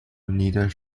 needle